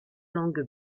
langue